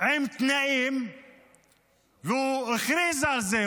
עם תנאים והוא הכריז על זה,